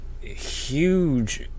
huge